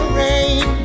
rain